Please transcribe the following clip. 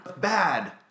bad